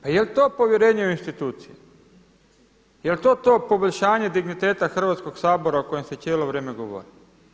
Pa jeli to povjerenje u institucije, jel to to poboljšanje digniteta Hrvatskog sabora o kojem se cijelo vrijeme govori?